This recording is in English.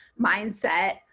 mindset